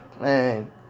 man